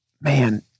man